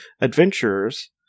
adventurers